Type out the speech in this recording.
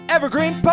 Evergreen